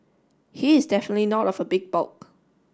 he is definitely not of a big bulk